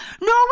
no